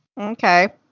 okay